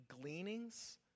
gleanings